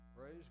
Praise